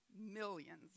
millions